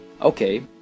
okay